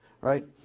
right